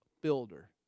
builder